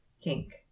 kink